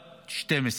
בת 12,